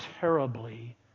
terribly